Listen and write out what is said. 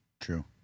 True